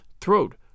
throat